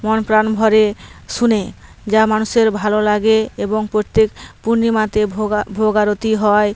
মন প্রাণ ভরে শোনে যা মানুষের ভালো লাগে এবং প্রত্যেক পূর্ণিমাতে ভোগা ভোগ আরতি হয়